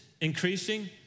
increasing